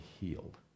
healed